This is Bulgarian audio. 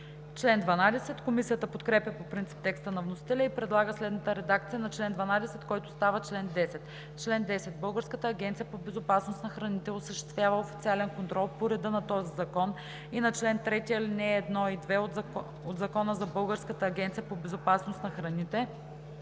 ал. 2.“ Комисията подкрепя по принцип текста на вносителя и предлага следната редакция на чл. 12, който става чл. 10: „Чл. 10. Българската агенция по безопасност на храните осъществява официален контрол по реда на този закон и на чл. 3, ал. 1 и 2 от Закона за Българската агенция по безопасност на храните,